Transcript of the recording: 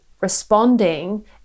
responding